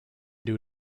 due